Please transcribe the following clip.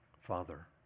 Father